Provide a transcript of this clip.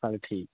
हाओ ठीक